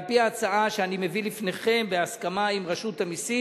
על-פי ההצעה שאני מביא לפניכם בהסכמה עם רשות המסים